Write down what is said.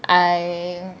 I